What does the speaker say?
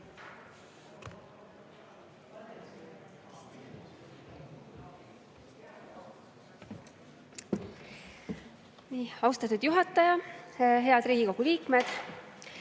Austatud juhataja! Head Riigikogu liikmed!